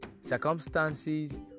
circumstances